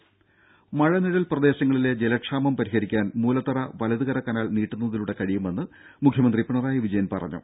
രും മഴ നിഴൽ പ്രദേശങ്ങളിലെ ജലക്ഷാമം പരിഹരിക്കാൻ മൂലത്തറ വലത്കര കനാൽ നീട്ടുന്നതിലൂടെ കഴിയുമെന്ന് മുഖ്യമന്ത്രി പിണറായി വിജയൻ പറഞ്ഞു